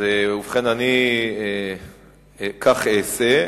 ובכן, אני כך אעשה.